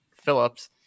Phillips